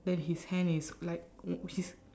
then his hand is like his